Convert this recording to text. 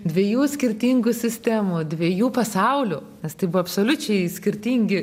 dviejų skirtingų sistemų dviejų pasaulių nes tai buvo absoliučiai skirtingi